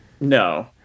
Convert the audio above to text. No